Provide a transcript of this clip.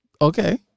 Okay